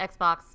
Xbox